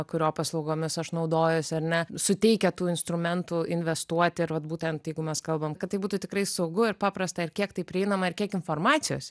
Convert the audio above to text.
kurio paslaugomis aš naudojuosi ar ne suteikia tų instrumentų investuoti ir vat būtent jeigu mes kalbam kad tai būtų tikrai saugu ir paprasta ir kiek tai prieinama ir kiek informacijos